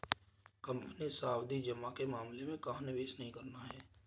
Company सावधि जमा के मामले में कहाँ निवेश नहीं करना है?